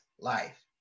life